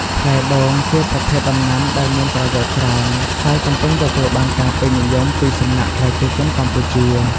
ផ្លែដូងជាប្រភេទដំណាំដែលមានប្រយោជន៍ច្រើន ហើយកំពុងទទួលបានការពេញនិយមពីសំណាក់ប្រជាជនកម្ពុជា។